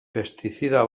pestizida